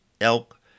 elk